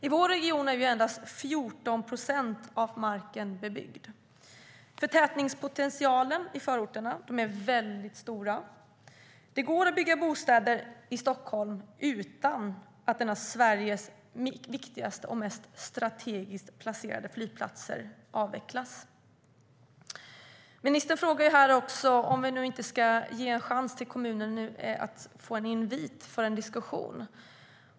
I denna region är endast 14 procent av marken bebyggd. Förtätningspotentialen i förorterna är stor. Det går att bygga bostäder i Stockholm utan att en av Sveriges viktigaste och mest strategiskt placerade flygplatser avvecklas. Ministern frågar om vi inte ska ge kommuner en invit till en diskussion.